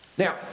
Now